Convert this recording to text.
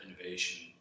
innovation